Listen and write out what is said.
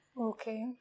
Okay